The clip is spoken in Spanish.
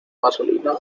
gasolina